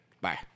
Bye